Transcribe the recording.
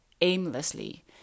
aimlessly